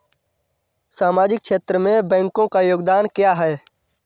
सामाजिक क्षेत्र में बैंकों का योगदान क्या है?